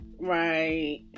Right